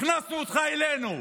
הכנסנו אותך אלינו,